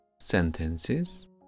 sentences